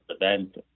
event